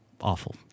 awful